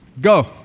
Go